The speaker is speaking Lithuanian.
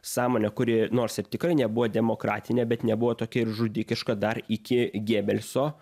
sąmonę kuri nors ir tikrai nebuvo demokratinė bet nebuvo tokia ir žudikiška dar iki gėbelso